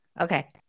Okay